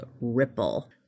Ripple